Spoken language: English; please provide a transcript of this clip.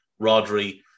Rodri